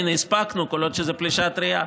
הינה, הספקנו, כל עוד זו פלישה טרייה.